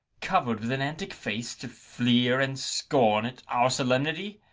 cover'd with an antic face, to fleer and scorn at our solemnity?